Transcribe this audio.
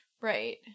Right